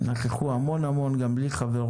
שנכחו בהרבה דיונים גם בלי להיות חברים